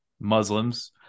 Muslims